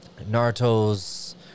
Naruto's